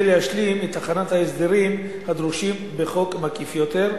להשלים את הכנת ההסדרים הדרושים בחוק מקיף יותר,